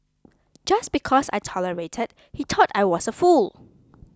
just because I tolerated he thought I was a fool